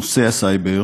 נושא הסייבר